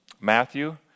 matthew